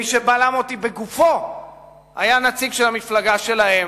מי שבלם אותי בגופו היה נציג של המפלגה שלהם.